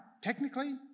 Technically